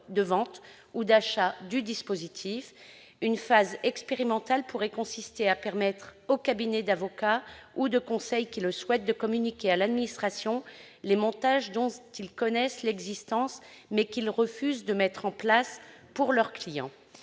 de vente ou d'achat du dispositif. Une phase expérimentale pourrait consister à permettre aux cabinets d'avocats ou de conseil qui le souhaitent de communiquer à l'administration les montages dont ils connaissent l'existence, mais qu'ils refusent de mettre en place pour leurs clients.